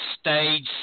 stage